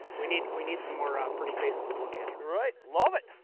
we need we need some more um pretty faces to look at. right! love it!